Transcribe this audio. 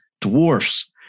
dwarfs